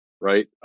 right